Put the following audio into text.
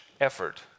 effort